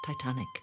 Titanic